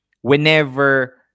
whenever